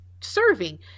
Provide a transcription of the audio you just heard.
serving